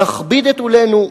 נכביד את עולנו.